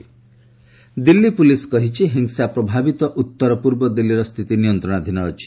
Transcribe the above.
Delhi police violence Delhi police କହିଛି ହିଂସା ପ୍ରଭାବିତ ଉତ୍ତର ପୂର୍ବ ଦିଲ୍ଲୀର ସ୍ଥିତି ନିୟନ୍ତ୍ରଣାଧୀନ ଅଛି